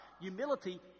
Humility